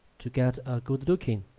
to get a good looking,